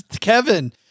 Kevin